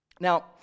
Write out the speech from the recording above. Now